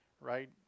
right